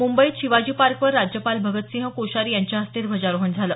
मुंबईत शिवाजी पार्कवर राज्यपाल भगतसिंह कोश्यारी यांच्या हस्ते ध्वजारोहण झालं